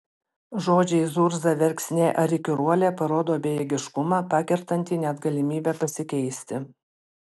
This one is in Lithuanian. žodžiai zurza verksnė ar įkyruolė parodo bejėgiškumą pakertantį net galimybę pasikeisti